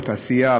בתעשייה,